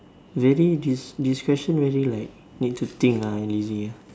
very this this question very like need to think ah I lazy ah